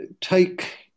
take